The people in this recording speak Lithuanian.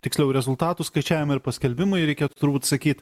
tiksliau rezultatų skaičiavimai ir paskelbimai reikia turbūt sakyt